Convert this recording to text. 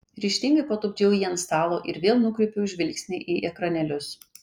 ryžtingai patupdžiau jį ant stalo ir vėl nukreipiau žvilgsnį į ekranėlius